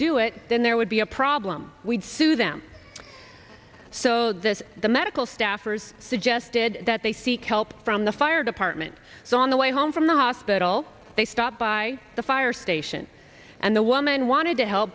do it then there would be a problem we'd sue them so this the medical staffers suggested that they seek help from the fire department so on the way home from the hospital they stopped by the fire station and the woman wanted to help